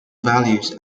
values